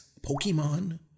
Pokemon